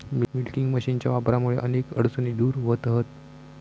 milking मशीनच्या वापरामुळा अनेक अडचणी दूर व्हतहत